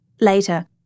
Later